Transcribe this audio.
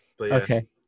okay